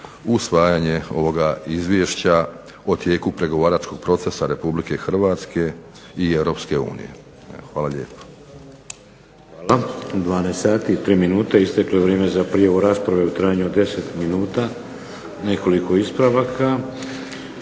usvajanje ovoga izvješća o tijeku pregovaračkog procesa Republike Hrvatske i Europske unije. Hvala lijepo. **Šeks, Vladimir (HDZ)** Hvala. U 12,03 sati isteklo je vrijeme za prijavu rasprave u trajanju od 10 minuta. Nekoliko ispravaka.